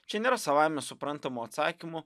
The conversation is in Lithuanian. čia nėra savaime suprantamų atsakymų